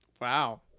wow